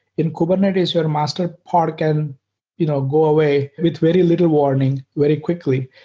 in kubernetes, your master park and you know go away with very little warning very quickly,